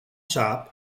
saab